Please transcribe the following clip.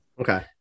Okay